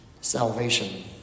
salvation